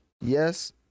Yes